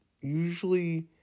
Usually